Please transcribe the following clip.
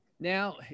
Now